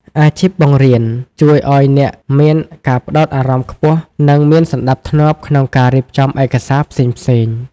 អាជីពបង្រៀនជួយឱ្យអ្នកមានការផ្ដោតអារម្មណ៍ខ្ពស់ និងមានសណ្ដាប់ធ្នាប់ក្នុងការរៀបចំឯកសារផ្សេងៗ។